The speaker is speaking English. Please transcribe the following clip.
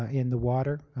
ah in the water,